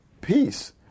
peace